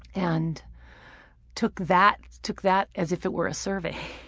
and took that took that as if it were a survey.